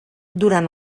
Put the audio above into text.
durant